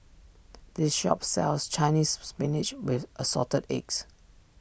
this shop sells Chinese Spinach with Assorted Eggs